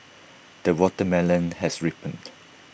the watermelon has ripened